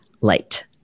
light